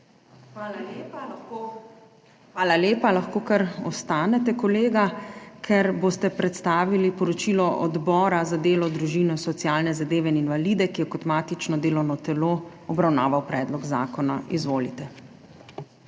Hvala lepa. Lahko kar ostanete, kolega, ker boste predstavili poročilo Odbora za delo, družino, socialne zadeve in invalide, ki je kot matično delovno telo obravnaval predlog zakona. Izvolite.